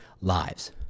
lives